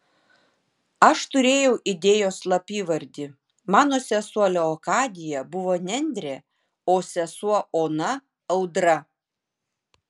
aš turėjau idėjos slapyvardį mano sesuo leokadija buvo nendrė o sesuo ona audra